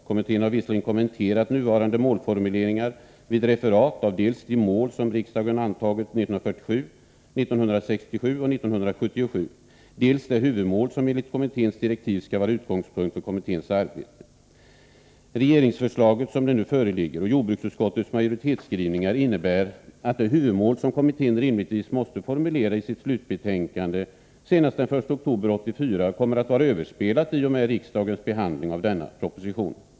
Kommittén har visserligen kommenterat nuvarande målformuleringar vid referat av dels de mål som riksdagen antagit 1947, 1967 och 1977, dels det huvudmål som enligt kommitténs direktiv skall vara utgångspunkt för dess arbete. Regeringsförslaget som det nu föreligger och jordbruksutskottets majoritetsskrivningar innebär emellertid att det huvudmål som kommittén rimligtvis måste formulera senast den 1 oktober 1984 i sitt slutbetänkande kommer att vara överspelat i och med riksdagens behandling av denna proposition.